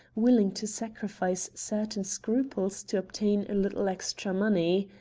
willing to sacrifice certain scruples to obtain a little extra money.